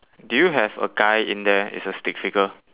do you have a guy in there is a stick figure